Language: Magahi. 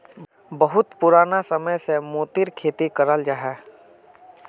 बहुत पुराना समय से मोतिर खेती कराल जाहा